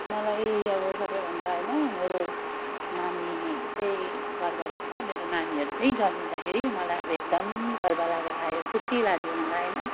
मलाई अब सबैभन्दा होइन मेरो नानी चाहिँ गर्व लाग्छ मेरो नानीहरू चाहिँ जन्मिँदाखेरि मलाई अब एकदम गर्व लागेर आयो खुसी लाग्यो मलाई होइन